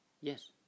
yes